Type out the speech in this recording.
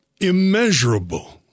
immeasurable